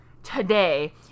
today